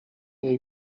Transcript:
jej